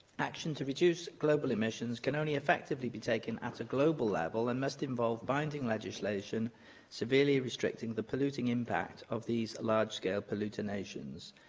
action to reduce global emissions can only effectively be taken at a global level and must involve binding legislation severely restricting the polluting impact of these large-scale polluter nations.